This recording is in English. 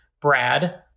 Brad